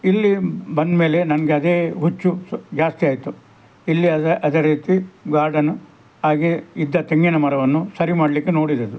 ಇಲ್ಲಿ ಬಂದಮೇಲೆ ನನಗದೇ ಹುಚ್ಚು ಸ್ವ್ ಜಾಸ್ತಿಯಾಯಿತು ಇಲ್ಲಿ ಆಗ ಅದೇ ರೀತಿ ಗಾರ್ಡನ್ನು ಹಾಗೆ ಇದ್ದ ತೆಂಗಿನ ಮರವನ್ನು ಸರಿ ಮಾಡಲಿಕ್ಕೆ ನೋಡಿದ್ದದು